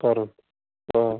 کرُن آ